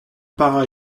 para